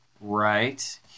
Right